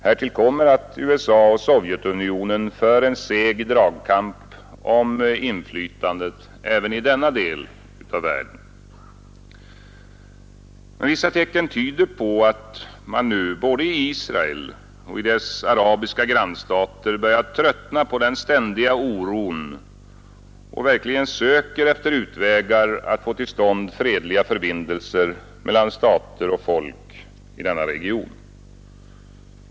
Härtill kommer att USA och Sovjetunionen för en seg dragkamp om inflytandet även i denna del av världen. Vissa teckan tyder emellertid på att man nu både i Israel och i dess arabiska grannstater börjat tröttna på den ständiga oron och verkligen söker efter utvägar att få till stånd fredliga förbindelser mellan stater och folk i denna region.